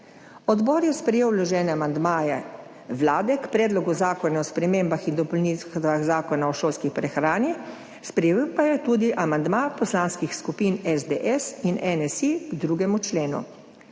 Odbor je sprejel vložene amandmaje Vlade k Predlogu zakona o spremembah in dopolnitvah Zakona o šolski prehrani, sprejel pa je tudi amandma Poslanskih skupin SDS in NSi k 2. členu.